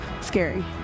scary